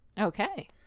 Okay